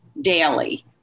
daily